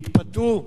התפתו,